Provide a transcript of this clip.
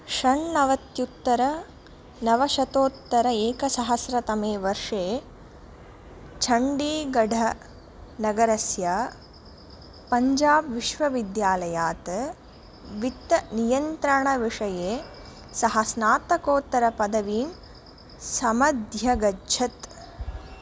षण्णवत्युत्तरनवशतोत्तर एकसहस्रतमे वर्षे छण्डीगढनगरस्य पञ्जाब् विश्वविद्यालयात् वित्तनियन्त्रणविषये सः स्नातकोत्तरपदवीं समध्यगच्छत्